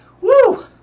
woo